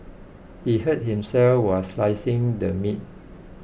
he hurt himself while slicing the meat